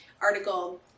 article